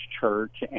church